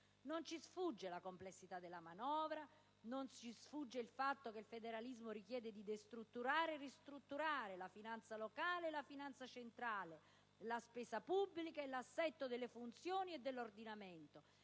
Non ci sfugge la complessità della manovra né che l'attuazione del federalismo richiede di destrutturare e ristrutturare la finanza locale e la finanza centrale, la spesa pubblica e l'assetto delle funzioni e dell'ordinamento